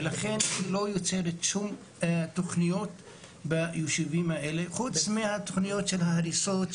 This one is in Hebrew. ולכן לא יוצרת תוכניות ביישובים האלה חוץ מתוכניות של הריסות.